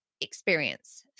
experience